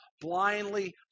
blindly